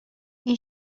این